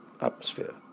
atmosphere